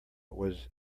was